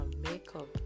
makeup